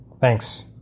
Thanks